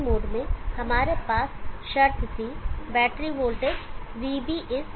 दूसरे मोड में हमारे पास शर्त थी बैटरी वोल्टेज VB Vmin